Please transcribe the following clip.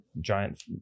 giant